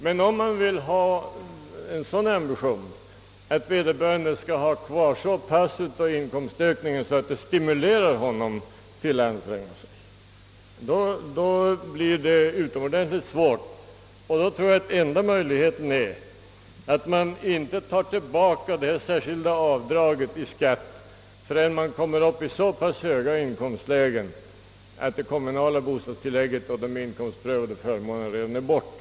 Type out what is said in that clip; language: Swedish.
Men om man har ambitionen att vederbörande skall få så pass mycket kvar av inkomstökningen att han eller hon stimuleras till arbetsinsatser, blir det utomordentligt svårt. Då tror jag enda möjligheten är att det särskilda skatteavdraget inte slopas förrän i så höga inkomstlägen att bostadstilläggen och de inkomstprövade förmånerna redan fallit bort.